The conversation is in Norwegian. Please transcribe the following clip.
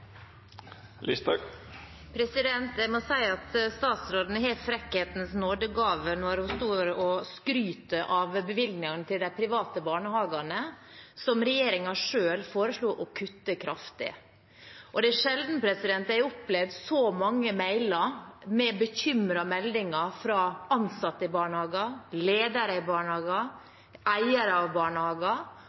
Jeg må si at statsråden har frekkhetens nådegave når hun står og skryter av bevilgningene til de private barnehagene, som regjeringen selv foreslo å kutte kraftig. Det er sjelden jeg har opplevd å få så mange mailer med bekymrede meldinger fra ansatte i barnehager, ledere i barnehager, eiere av